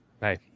hey